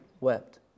wept